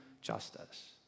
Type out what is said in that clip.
justice